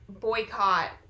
boycott